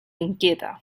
inquieta